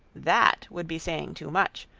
that would be saying too much,